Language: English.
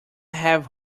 have